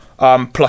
Plus